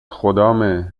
خدامه